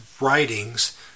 writings